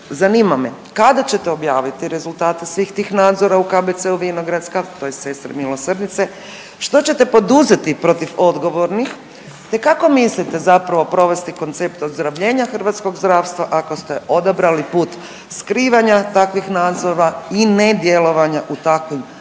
zanima me kada ćete objaviti rezultate svih tih nadzora u KBC Vinogradska tj. Sestre milosrdnice, što ćete poduzeti protiv odgovornih te kako mislite zapravo provesti koncept ozdravljenja hrvatskog zdravstva ako ste odabrali put skrivanja takvih nadzora i nedjelovanja u takvim zakonski